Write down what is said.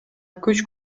күч